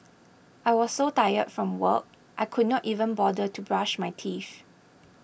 I was so tired from work I could not even bother to brush my teeth